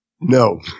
No